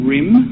Rim